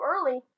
early